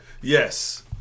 Yes